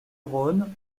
rhône